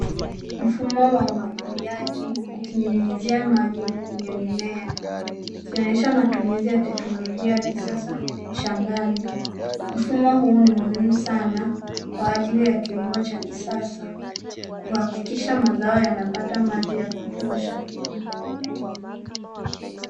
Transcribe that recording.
Mfumo wa umwagiliaji ukinyunyizia maji kwenye mimea. Ukionyesha matumizi ya teknolojia ya kisasa shambani. Mfumo huu ni muhimu sana kwa ajili ya kilimo cha kisasa kuahakikisha mazao yanapata maji ya kutosha.